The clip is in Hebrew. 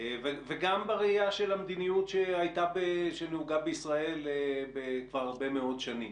וגם בראייה של המדיניות שנהוגה בישראל כבר הרבה מאוד שנים.